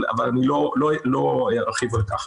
אבל לא ארחיב על כך.